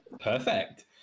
perfect